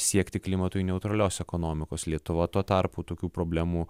siekti klimatui neutralios ekonomikos lietuva tuo tarpu tokių problemų